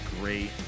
great